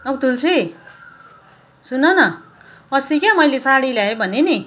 औ तुल्सी सुन न अस्ति क्या मैले सारी ल्याएँ भनेँ नि